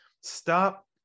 stop